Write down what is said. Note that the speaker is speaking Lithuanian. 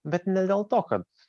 bet ne dėl to kad